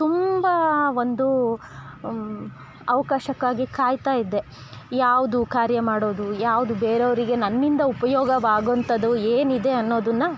ತುಂಬ ಒಂದು ಅವಕಾಶಕ್ಕಾಗಿ ಕಾಯ್ತಾ ಇದ್ದೆ ಯಾವುದು ಕಾರ್ಯ ಮಾಡೋದು ಯಾವುದು ಬೇರೆವರಿಗೆ ನನ್ನಿಂದ ಉಪಯೋಗವಾಗೊಂಥದ್ದು ಏನು ಇದೆ ಅನ್ನೋದನ್ನು